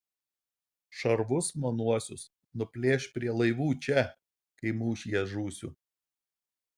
šarvus manuosius nuplėš prie laivų čia kai mūšyje žūsiu